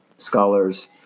scholars